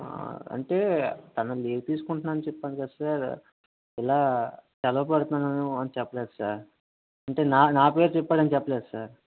అంటే తను లీవ్ తీసుకుంటున్నా అని చెప్పాను కదా సార్ ఇలా సెలవు పెడుతున్నాను అని చెప్పలేదు సార్ అంటే నా నా పేరు చెప్పాడని చెప్పలేదు సార్